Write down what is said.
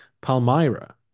Palmyra